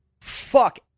fuck